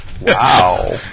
Wow